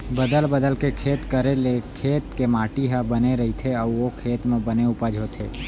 बदल बदल के खेत करे ले खेत के माटी ह बने रइथे अउ ओ खेत म बने उपज होथे